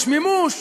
יש מימוש.